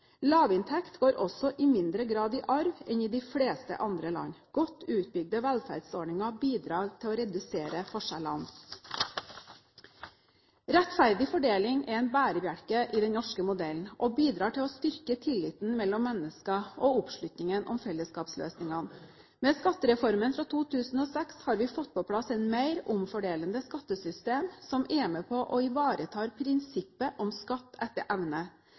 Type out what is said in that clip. Lavinntekt går også i mindre grad i arv enn i de fleste andre land. Godt utbygde velferdsordninger bidrar til å redusere forskjellene. Rettferdig fordeling er en bærebjelke i den norske modellen og bidrar til å styrke tilliten mellom mennesker og oppslutningen om fellesskapsløsningene. Med Skattereformen fra 2006 har vi fått på plass et mer omfordelende skattesystem som er med på å ivareta prinsippet om skatt etter evne.